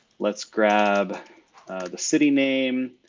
let's grab the city name,